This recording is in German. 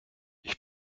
ich